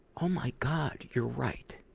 oh, my god, you're right.